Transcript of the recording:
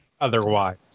otherwise